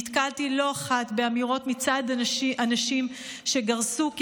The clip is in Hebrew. נתקלתי לא אחת באמירות מצד אנשים שגרסו כי